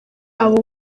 abo